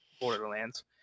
Borderlands